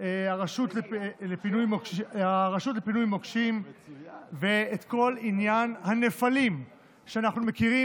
הרשות לפינוי מוקשים ואת כל עניין הנפלים שאנחנו מכירים,